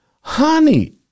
honey